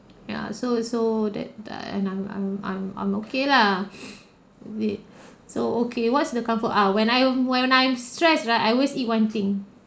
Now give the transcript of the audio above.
ya so it's so that that I'm I'm I'm I'm okay lah wait so okay what's the comfort ah when I when I'm stressed right I always eat one thing